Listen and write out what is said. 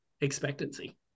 expectancy